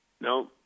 No